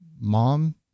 mom